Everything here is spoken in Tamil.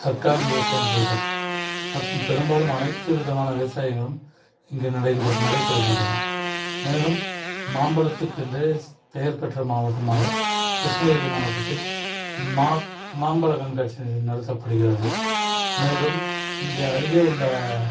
தக்காளி விவசாயம் செய்தல் மற்றும் பெரும்பாலும் அனைத்து விதமான விவசாயங்களும் இங்கு நடைக் நடைபெறுகின்றன மேலும் மாம்பழத்துக்கு என்றே பேர் பெற்ற மாவட்டமாக கிருஷ்ணகிரி மாவட்டத்தில் மா மாம்பழ கண்காட்சி நடத்தப்படுகிறது மேலும் இங்கே அருகே உள்ள